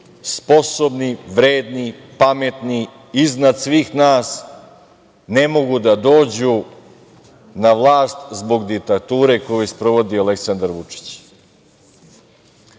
sposobni, vredni, pametni, iznad svih nas, ne mogu da dođu na vlast zbog diktature koju sprovodi Aleksandar Vučić.